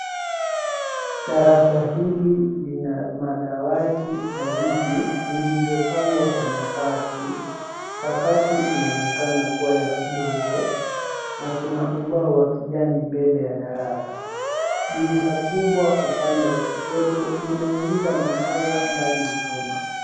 Darasa hili lina madawati na viti vilivyopangwa kwa nafasi, sakafu inaonekana kua ya udongo na kuna ubao wa kijani mbele ya darasa. Dueisha kubwa upande wa kushoto inaingiza mwangaza ndani ya chumba.